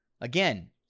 again